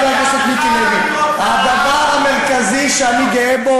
חבר הכנסת מיקי לוי: הדבר המרכזי שאני גאה בו